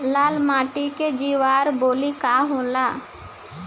लाल माटी के जीआर बैलू का होला?